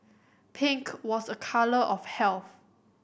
pink was a colour of health